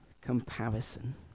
comparison